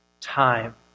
time